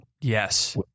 Yes